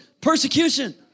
persecution